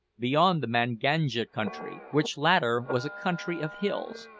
beyond the manganja country, which latter was a country of hills.